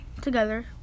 together